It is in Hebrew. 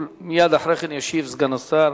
ומייד אחרי כן ישיב סגן השר